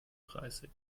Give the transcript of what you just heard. dreißig